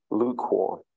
lukewarm